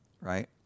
right